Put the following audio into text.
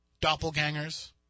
doppelgangers